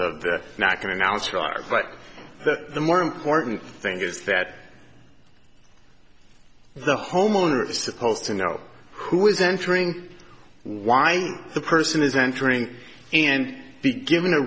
like that the more important thing is that the homeowner is supposed to know who is entering why the person is entering and be given a